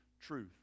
truth